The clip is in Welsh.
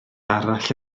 arall